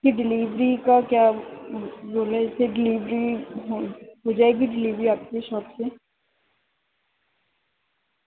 کہ ڈلیوری کا کیا بول رہے تھے ڈلیوری ہو ہو جائے گی ڈلیوری آپ کے شاپ سے